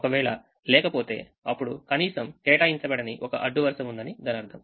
ఒకవేళ లేకపోతే అప్పుడు కనీసం కేటాయించబడని ఒక అడ్డు వరుస ఉంది అని అర్థం